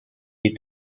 est